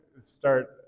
start